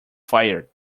fire